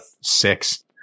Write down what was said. six